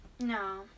No